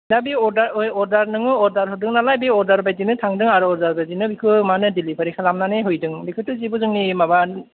दा बे अर्दार नोङो अर्दार होदों नालाय बे अर्दार बायदिनो थांदों आरो अर्दार बायदिनो बेखौ माने दिलिभारि खालामनानै हैदों बेखौथ' जेबो जोंनि माबा